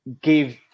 give